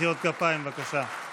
מחיאות כפיים, בבקשה.